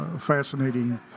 fascinating